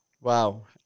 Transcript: Wow